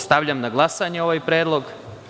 Stavljam na glasanje ovaj predlog.